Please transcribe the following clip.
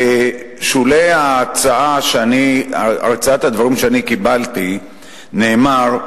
בשולי הרצאת הדברים שאני קיבלתי נאמר,